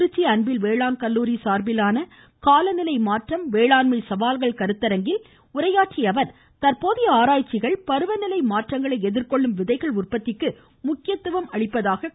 திருச்சி அன்பில் வேளாண் கல்லூரி சார்பிலான காலநிலை மாற்றம் வேளாண்மை சவால்கள் கருத்தரங்கில் உரையாற்றிய அவர் தற்போதைய ஆராய்ச்சிகள் பருவநிலை மாற்றங்களை எதிர்கொள்ளும் விதைகள் உற்பத்திக்கு முக்கியத்துவம் அளிப்பதாக குறிப்பிட்டார்